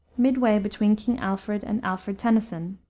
midway between king alfred and alfred tennyson,